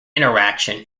interaction